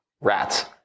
rats